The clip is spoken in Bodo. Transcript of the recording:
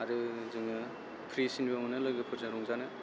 आरो जोङो फ्रिसिनबो मोनो लोगोफोरजों रंजानो